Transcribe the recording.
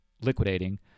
liquidating